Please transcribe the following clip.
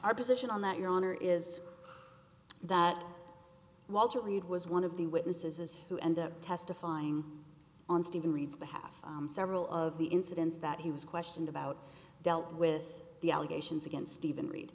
our position on that your honor is that walter reed was one of the witnesses who ended up testifying on steven reid's behalf several of the incidents that he was questioned about dealt with the allegations against even read